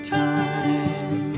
time